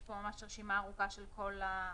יש פה ממש רשימה ארוכה של כל המרינות